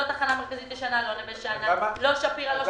לא התחנה המרכזית הישנה, לא נווה שאנן, לא שפירא.